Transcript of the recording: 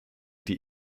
die